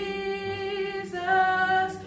Jesus